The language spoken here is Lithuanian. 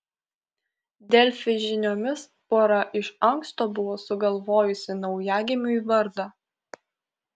delfi žiniomis pora iš anksto buvo sugalvojusi naujagimiui vardą